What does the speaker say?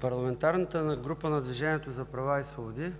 Парламентарната група на Движението за права и свободи